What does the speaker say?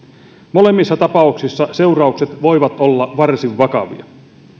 molemmissa tapauksissa seuraukset voivat olla varsin vakavia